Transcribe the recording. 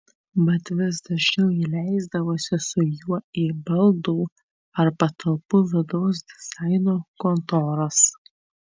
mat vis dažniau ji leisdavosi su juo į baldų ar patalpų vidaus dizaino kontoras